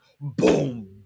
boom